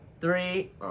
Three